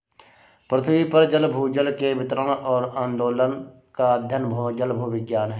पृथ्वी पर जल भूजल के वितरण और आंदोलन का अध्ययन जलभूविज्ञान है